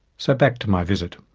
so, back to my visit.